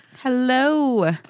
Hello